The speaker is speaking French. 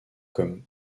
comme